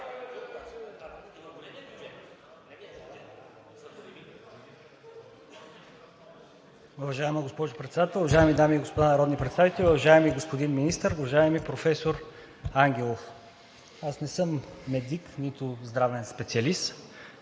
Уважаема госпожо Председател, уважаеми дами и господа народни представители, уважаеми господин Министър! Уважаеми професор Ангелов, аз не съм медик, нито здравен специалист,